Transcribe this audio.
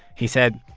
he said,